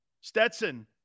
Stetson